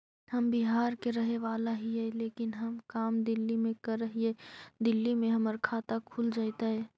हम बिहार के रहेवाला हिय लेकिन हम काम दिल्ली में कर हिय, दिल्ली में हमर खाता खुल जैतै?